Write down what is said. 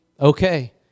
Okay